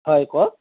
হয় কওক